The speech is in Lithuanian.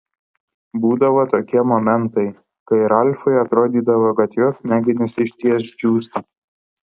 būdavo tokie momentai kai ralfui atrodydavo kad jo smegenys išties džiūsta